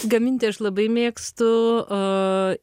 gaminti aš labai mėgstu a